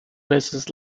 veces